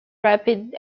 rapid